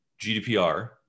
GDPR